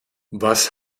was